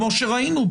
כמו שראינו,